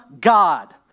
God